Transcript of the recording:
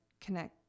connect